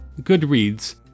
Goodreads